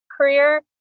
career